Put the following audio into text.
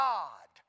God